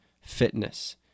fitness